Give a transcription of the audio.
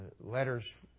letters